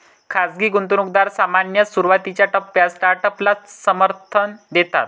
खाजगी गुंतवणूकदार सामान्यतः सुरुवातीच्या टप्प्यात स्टार्टअपला समर्थन देतात